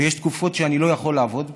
ויש תקופות שאני לא יכול לעבוד בהן,